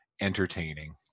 entertaining